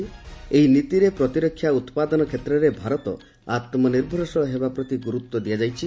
ଏହି ନୀତିରେ ପ୍ରତିରକ୍ଷା ଉତ୍ପାଦନ କ୍ଷେତ୍ରରେ ଭାରତ ଆମ୍ବନିର୍ଭରଶୀଳ ହେବା ପ୍ରତି ଗୁରୁତ୍ୱ ଦିଆଯାଇଛି